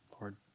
Lord